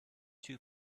two